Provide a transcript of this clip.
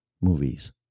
movies